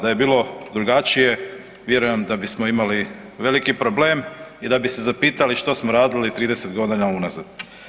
Da je bilo drugačije vjerujem da bismo imali veliki problem i da bi se zapitali što smo radili 30 godina unazad.